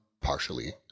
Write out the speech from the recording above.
partially